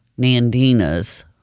nandinas